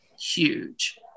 huge